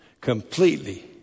completely